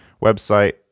website